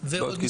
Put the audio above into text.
אנחנו,